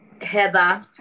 Heather